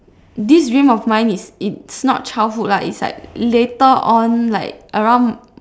this dream of mine is it's not childhood lah it's like later on like around